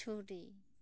ᱪᱷᱩᱨᱤ